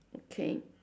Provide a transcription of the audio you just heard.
okay